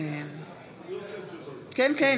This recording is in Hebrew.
יוסף ג'בארין,